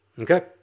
okay